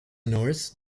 north